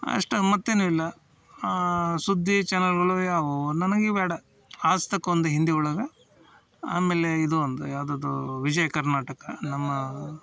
ಅಷ್ಟೇ ಮತ್ತೇನು ಇಲ್ಲ ಸುದ್ದಿ ಚನಲ್ಗಳು ಯಾವುವು ನನಗೆ ಇವು ಎರಡು ಆಜ್ ತಕ್ ಒಂದು ಹಿಂದಿ ಒಳಗೆ ಆಮೇಲೆ ಇದು ಒಂದು ಯಾವುದದೂ ವಿಜಯ ಕರ್ನಾಟಕ ನಮ್ಮ